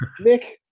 Nick